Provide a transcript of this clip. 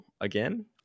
again